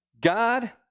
God